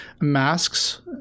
masks